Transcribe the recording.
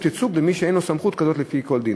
ייצוג למי שאין לו סמכות כזאת לפי כל דין.